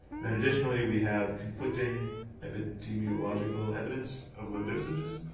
then, additionally, we have conflicting epidemiological evidence of low dosages.